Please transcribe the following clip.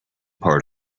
part